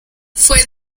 fue